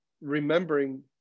remembering